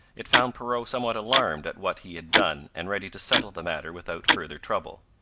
it found perrot somewhat alarmed at what he had done and ready to settle the matter without further trouble.